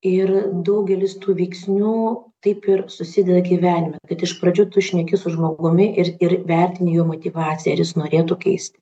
ir daugelis tų veiksnių taip ir susideda gyvenime kad iš pradžių tu šneki su žmogumi ir ir vertinti jo motyvaciją ar jis norėtų keist